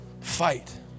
fight